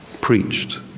preached